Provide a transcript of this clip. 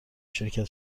شرکت